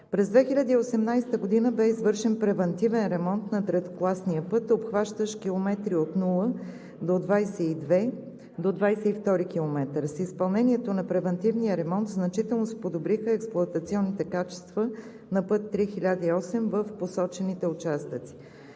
През 2018 г. бе извършен превантивен ремонт на третокласния път, обхващащ километри от 0+000 до 22 км. С изпълнението на превантивния ремонт значително се подобриха експлоатационните качества на път ІІІ-1008 в посочените участъци.